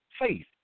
faith